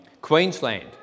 Queensland